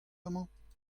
amañ